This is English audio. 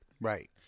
right